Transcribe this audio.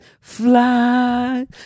fly